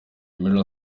minor